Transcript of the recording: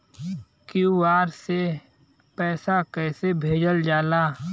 QR से पैसा कैसे भेजल जाला?